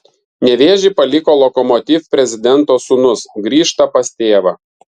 nevėžį paliko lokomotiv prezidento sūnus grįžta pas tėvą